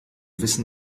wissen